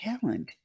talent